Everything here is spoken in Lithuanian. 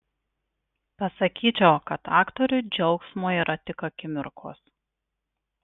pasakyčiau kad aktoriui džiaugsmo yra tik akimirkos